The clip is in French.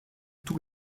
tous